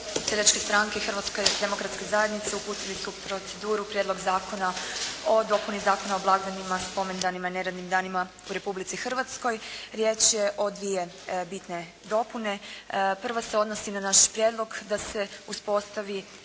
Hrvatske demokratske zajednice uputili su u proceduru Prijedlog zakona o dopuni Zakona o blagdanima, spomendanima i neradnim danima u Republici Hrvatskoj. Riječ je o dvije bitne dopune. Prva se odnosi na naš prijedlog da se uspostavi